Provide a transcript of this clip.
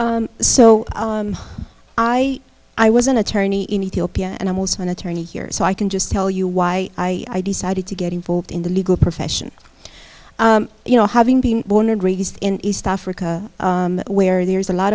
so i i was an attorney in ethiopia and i'm also an attorney here so i can just tell you why i decided to get involved in the legal profession you know having been born and raised in east africa where there's a lot